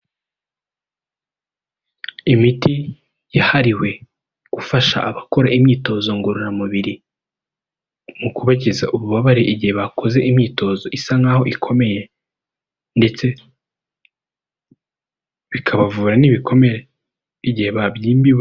Imiti yahariwe gufasha abakora imyitozo ngororamubiri mu kubakiza ububabare igihe bakoze imyitozo isa n'aho ikomeye ndetse bikabavura n'ibikomere igihe babyimbiwe.